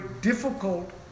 difficult